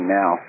now